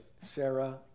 Sarah